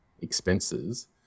expenses